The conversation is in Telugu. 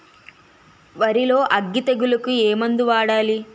వరిలో అగ్గి తెగులకి ఏ మందు వాడాలి?